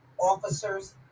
officers